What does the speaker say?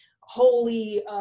holy